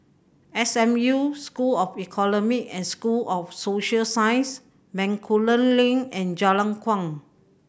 S M U School of Economic and School of Social Science Bencoolen Link and Jalan Kuang